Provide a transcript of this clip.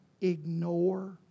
ignore